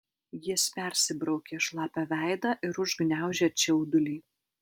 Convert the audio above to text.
jis persibraukė šlapią veidą ir užgniaužė čiaudulį